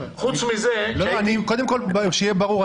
קודם כול שיהיה ברור,